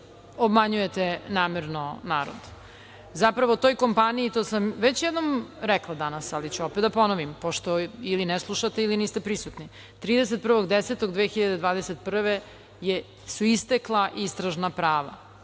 obmanjujte namerno narod. Zapravo, toj kompaniji, to sam već jednom rekla danas, ali ću opet da ponovim, pošto ili ne slušate ili niste prisutni, 31.10.2021. su istekla istražna prava.